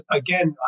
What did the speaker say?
again